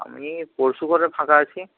আমি পরশু বোধ হয় ফাঁকা আছি